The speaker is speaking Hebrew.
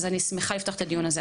אז אני שמחה לפתוח את הדיון הזה.